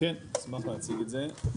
כן אני אשמח להציג את זה,